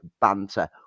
banter